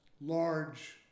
large